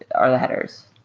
are the headers.